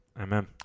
Amen